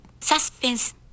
Suspense